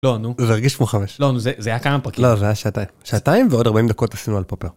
לא נו, זה הרגיש כמו חמש. לא נו, זה היה כמה פרקים. לא, זה היה שעתיים, שעתיים ועוד 40 דקות עשינו על פופר.